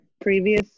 previous